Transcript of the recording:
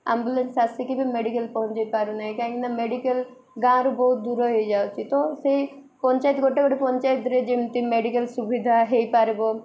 ambulance ଆସିକି ବି medical ପହଞ୍ଚାଇ ପାରୁନାହିଁ କାହିଁକିନା ମେଡ଼ିକାଲ ଗାଁ'ରୁ ବହୁତ ଦୂର ହେଇଯାଉଚି ତ ସେଇ ପଞ୍ଚାୟତ ଗୋଟେ ଗୋଟେ ପଞ୍ଚାୟତରେ ଯେମିତି ମେଡ଼ିକାଲ ସୁବିଧା ହେଇପାରିବ